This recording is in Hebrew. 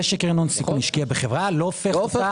זה שקרן הון סיכון השקיעה בחברה לא הופך אותה